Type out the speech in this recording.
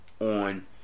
on